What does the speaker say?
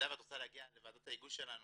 במידה ואת רוצה להגיע לוועדות ההיגוי שלנו